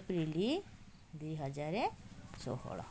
April ଦୁଇହଜାର ଷୋହଳ